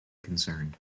concerned